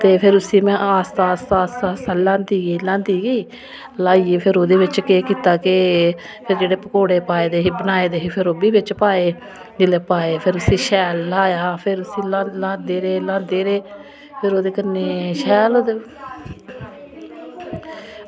फिर में उसी आहिस्ता आहिस्ता ल्हांदी गेई ल्हाइयै फिर ओह्दे बिच केह् कीता केह् फिर एह् जेह्ड़े पकौड़े बनाए दे हे फिर ओह्बी पाए ते फिर जेल्लै पाया ते फिर उसी ल्हांदे गे ल्हांदे गे ते फिर ओह्दे कन्नै शैल मतलब